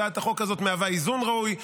הצעת החוק הזאת מהווה איזון ראוי.